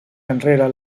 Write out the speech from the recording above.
enrere